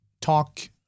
talk